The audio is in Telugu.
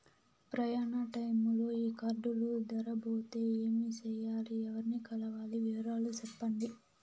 ప్రయాణ టైములో ఈ కార్డులు దారబోతే ఏమి సెయ్యాలి? ఎవర్ని కలవాలి? వివరాలు సెప్పండి?